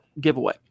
giveaway